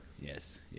Yes